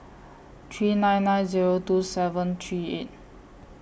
three nine nine Zero two seven three eight